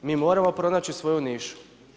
Mi moramo pronaći svoju nišu.